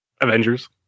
avengers